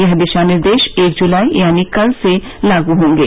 यह दिशानिर्देश एक जुलाई यानी कल से लागू होंगे